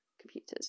computers